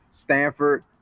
Stanford